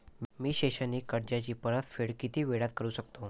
मी शैक्षणिक कर्जाची परतफेड किती वेळात करू शकतो